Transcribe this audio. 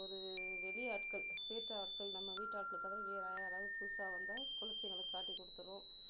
ஒரு வெளி ஆட்கள் வேற்று ஆட்கள் நம்ம வீட்டு ஆட்களை தவிர வேற யாராவது புதுசாக வந்தால் குலச்சி எங்களுக்கு காட்டி கொடுத்துரும்